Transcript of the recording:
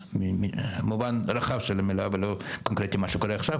במובן הרחב של המילה ולא משהו קונקרטי לעכשיו,